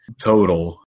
total